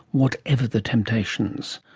whatever the temptations.